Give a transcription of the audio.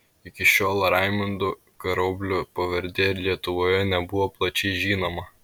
iki šiol raimundo karoblio pavardė lietuvoje nebuvo plačiai žinoma